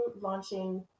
launching